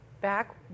back